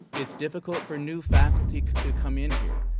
it's difficult for new faculty to come in here.